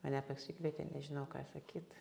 mane pasikvietė nežinau ką sakyt